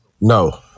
No